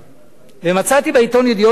מצאתי בעיתון "ידיעות אחרונות"